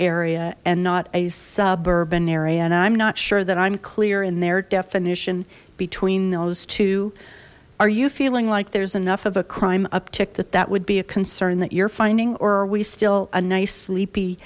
area and not a suburban area and i'm not sure that i'm clear in their definition between those two are you feeling like there's enough of a crime uptick that that would be a concern that you're finding or are we still a nice sleepy